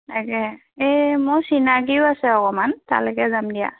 তাকেহে এই মোৰ চিনাকিও আছে অকণমান তালৈকে যাম দিয়া